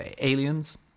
aliens